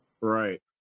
Right